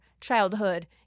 childhood